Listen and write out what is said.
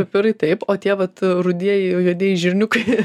pipirai taip o tie vat rudieji juodieji žirniukai